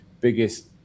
biggest